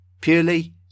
purely